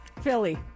Philly